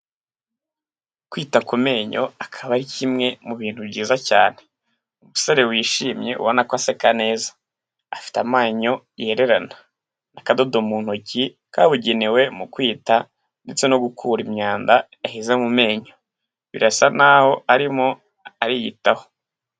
Kwita ku menyo akaba ari kimwe mu bintu byiza cyane. Umusore wishimye ubona ko aseka neza, afite amenyo yererana. Akadodo mu ntoki kabugenewe mu kwita ndetse no gukura imyanda yaheze mu menyo. Birasa naho arimo ariyitaho.